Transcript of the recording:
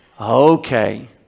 Okay